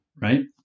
right